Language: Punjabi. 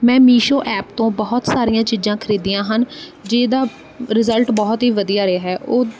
ਮੈਂ ਮੀਸ਼ੋ ਐਪ ਤੋਂ ਬਹੁਤ ਸਾਰੀਆਂ ਚੀਜ਼ਾਂ ਖਰੀਦੀਆਂ ਹਨ ਜਿਹਦਾ ਰਿਜ਼ਲਟ ਬਹੁਤ ਹੀ ਵਧੀਆ ਰਿਹਾ ਉਹ